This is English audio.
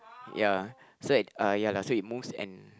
ya so it uh ya lah so it moves and